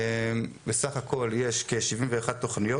בסך הכל יש כ-71 תוכניות